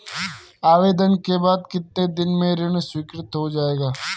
आवेदन के बाद कितने दिन में ऋण स्वीकृत हो जाएगा?